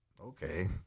okay